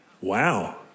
Wow